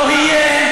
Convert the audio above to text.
לא יהיה,